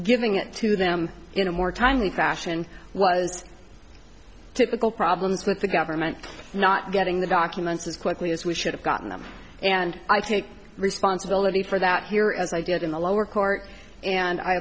giving it to them in a more timely fashion was typical problems with the government not getting the documents as quickly as we should have gotten them and i take responsibility for that here as i did in the lower court and i